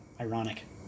Ironic